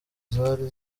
zari